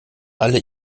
alle